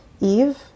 Eve